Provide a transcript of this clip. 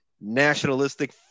nationalistic